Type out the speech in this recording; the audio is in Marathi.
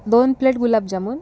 दोन प्लेट गुलाबजामून